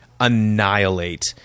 annihilate